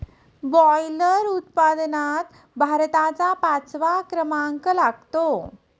boiler उत्पादनात भारताचा पाचवा क्रमांक लागतो